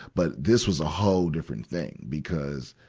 but this was a whole different thing because,